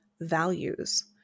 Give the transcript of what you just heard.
values